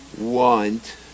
want